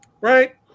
right